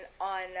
on